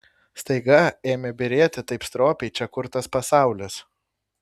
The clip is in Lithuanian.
staiga ėmė byrėti taip stropiai čia kurtas pasaulis